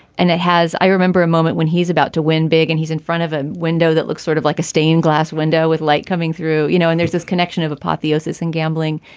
and it has i remember a moment when he's about to win big and he's in front of a window that looks sort of like a stained glass window with light coming through, you know, and there's this connection of apotheosis and gambling.